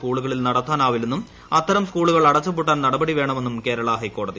സ്കൂളുകളിൽ നടത്താനാവില്ലെന്നും അത്തരം സ്കൂളുകൾ അടച്ചുപൂട്ടാൻ നടപടി വേണമെന്നും കേരള ഹൈക്കോടതി